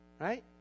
right